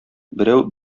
берәү